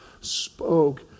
spoke